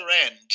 end